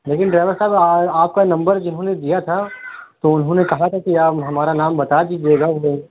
لیکن ڈرائیور صاحب آپ کا نمبر جنہوں نے دیا تھا تو انہوں نے کہا تھا کہ آپ ہمارا نام بتا دیجیے گا انہیں